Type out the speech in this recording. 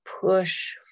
push